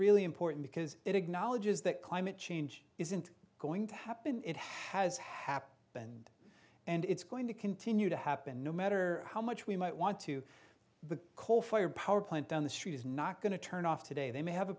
really important because it acknowledges that climate change isn't going to happen it has happened and it's going to continue to happen no matter how much we might want to the coal fired power plant down the street is not going to turn off today they may have a